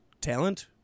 Talent